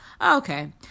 Okay